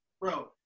bro